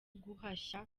guhashya